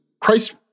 Christ